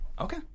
Okay